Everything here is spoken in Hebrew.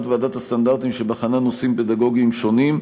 ועדת הסטנדרטים שבחנה נושאים פדגוגיים שונים,